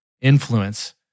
influence